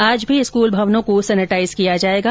आज भी स्कूल भवनों को सेनिटाइज किया जाएगा